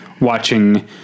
watching